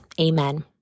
Amen